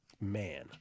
man